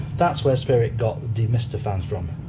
that's where spirit got the demister fans from.